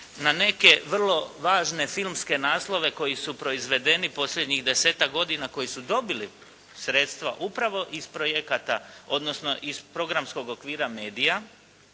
na neke vrlo važne filmske naslove koji su proizvedeni posljednjih desetak godina koji su dobili sredstva upravo iz projekata odnosno iz programskog okvira Media,